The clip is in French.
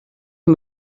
est